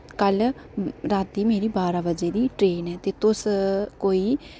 कल राती मेरी बारां बजे दी ट्रेन ऐ ते तुस कोई